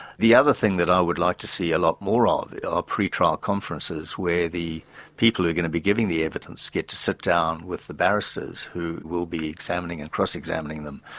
the other thing that i would like to see a lot more ah of are pre-trial conferences where the people who are going to be giving the evidence get to sit down with the barristers who will be examining and cross-examining them,